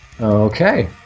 Okay